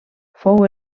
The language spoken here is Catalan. fou